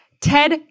Ted